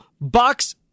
Bucks